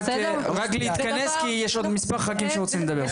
רק להתכנס כי יש עוד מספר ח"כים שרוצים לדבר.